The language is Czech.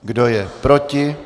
Kdo je proti?